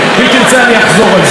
אם תרצה, אני אחזור על זה.